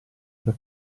per